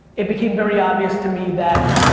it became very obvious to me that